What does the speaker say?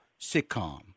sitcom